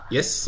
Yes